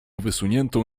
wysuniętą